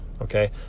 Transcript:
Okay